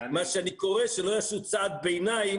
מה שאני קורא זה שלא יעשו צעד ביניים